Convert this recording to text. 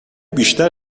بیشتر